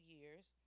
Year's